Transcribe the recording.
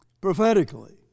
Prophetically